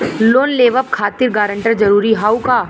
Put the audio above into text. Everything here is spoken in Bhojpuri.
लोन लेवब खातिर गारंटर जरूरी हाउ का?